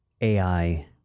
AI